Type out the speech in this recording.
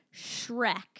Shrek